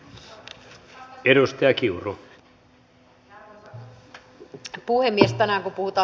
sellaisessa ei olisi ollut mitään järkeä